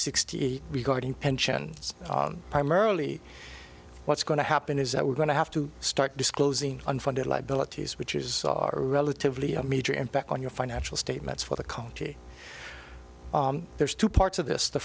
sixty eight regarding pension primarily what's going to happen is that we're going to have to start disclosing unfunded liabilities which is relatively a major impact on your financial statements for the county there's two parts of this the